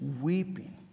weeping